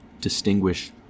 distinguish